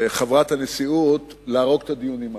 חברת הנשיאות, להרוג את הדיונים הללו.